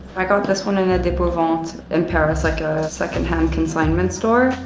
i got this one in in depot vent in paris, like a second hand consignment store.